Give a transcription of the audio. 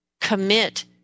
commit